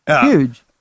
huge